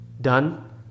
done